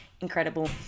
incredible